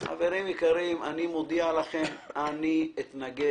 חברים יקרים, אני מודיע לכם: אתנגד.